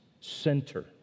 center